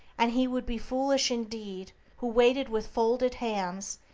and he would be foolish indeed who, waiting with folded hands,